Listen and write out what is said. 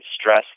stress